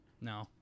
no